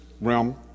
realm